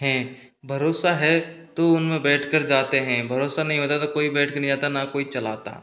है भरोसा है तो उनमें बैठ कर जाते हैं भरोसा नहीं होता तो कोई बैठ कर नहीं जाता न कोई चलाता